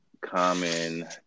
common